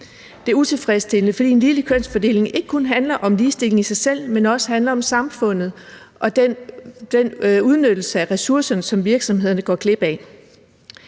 Det er utilfredsstillende, fordi en ligelig kønsfordeling ikke kun handler om ligestilling i sig selv, men også handler om samfundet og den udnyttelse af ressourcerne, som virksomhederne går glip af.